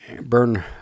burn